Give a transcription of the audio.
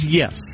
yes